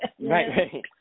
Right